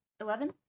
eleven